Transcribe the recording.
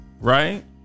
right